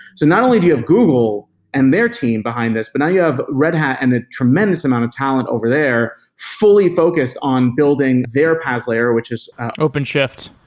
so not only do you have google and their team behind this, but now you have red hat and the tremendous amount of talent over there fully focused on building their paas layer, which is openshift.